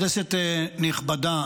כנסת נכבדה,